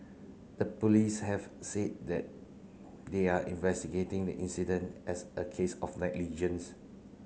the police have said that they are investigating the incident as a case of negligence